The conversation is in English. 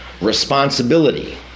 responsibility